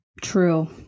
True